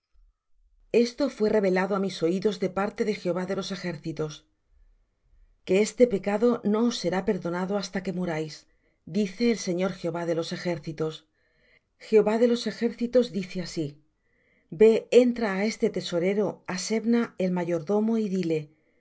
esto fué revelado á mis oídos de parte de jehová de los ejércitos que este pecado no os será perdonado hasta que muráis dice el señor jehová de los ejércitos jehová de los ejércitos dice así ve entra á este tesorero á sebna el mayordomo y dile